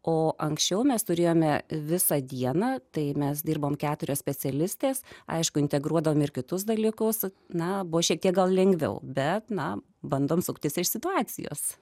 o anksčiau mes turėjome visą dieną tai mes dirbome keturios specialistės aišku integruodami ir kitus dalykus na buvo šiek tiek gal lengviau bet na bandom suktis iš situacijos